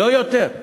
לא יותר.